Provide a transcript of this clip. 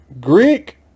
Greek